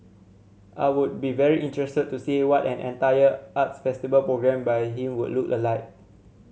I would be very interested to see what an entire arts festival programmed by him would look alike